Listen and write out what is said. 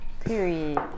Period